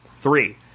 Three